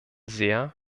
sehr